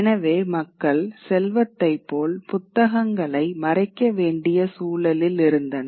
எனவே மக்கள் செல்வத்தைப் போல் புத்தகங்களை மறைக்க வேண்டிய சூழலில் இருந்தனர்